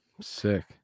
sick